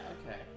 Okay